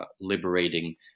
liberating